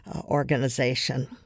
Organization